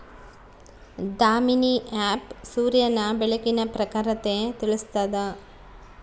Damini app ಸೂರ್ಯನ ಬೆಳಕಿನ ಪ್ರಖರತೆ ತಿಳಿಸ್ತಾದ